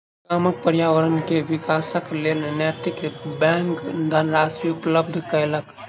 गामक पर्यावरण के विकासक लेल नैतिक बैंक धनराशि उपलब्ध केलक